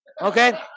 Okay